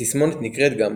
התסמונת נקראת גם